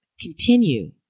continue